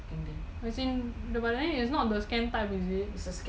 as in but it's not the scan type is it